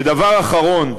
ודבר אחרון: